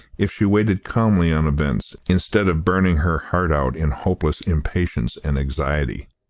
if she waited calmly on events, instead of burning her heart out in hopeless impatience and anxiety.